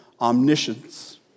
omniscience